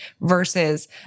versus